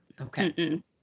Okay